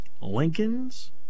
Lincolns